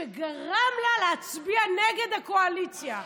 שגרמה לה להצביע נגד הקואליציה.